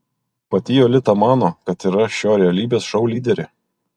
pati jolita mano kad yra šio realybės šou lyderė